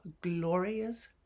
glorious